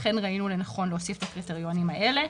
ולכן ראינו לנכון להוסיף את הקריטריונים האלה.